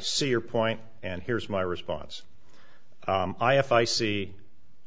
see your point and here's my response i if i see